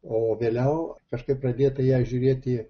o vėliau kažkaip pradėta į ją žiūrėti